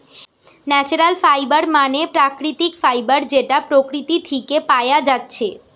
natural fibre মানে প্রাকৃতিক fibre যেটা প্রকৃতি থিকে পায়া যাচ্ছে